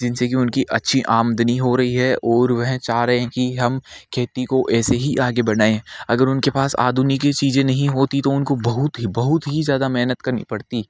जिनसे कि उनकी अच्छी आमदनी हो रही है और वह चाह रहे हैं कि हम खेती को ऐसे ही आगे बढ़ाए अगर उनके पास आधुनिकी चीज़ें नहीं होती तो उनको बहुत ही बहुत ही ज़्यादा मेहनत करनी पड़ती